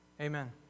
Amen